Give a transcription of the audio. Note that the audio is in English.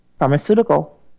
pharmaceutical